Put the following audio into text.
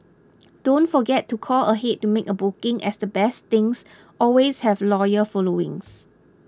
don't forget to call ahead to make a booking as the best things always have loyal followings